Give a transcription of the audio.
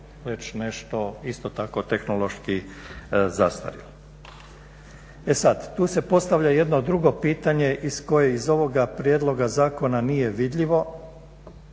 nešto, isto tako tehnološki zastarjelo. E sad, tu se postavlja jedno drugo pitanje koje iz ovoga prijedlog zakona nije vidljivo,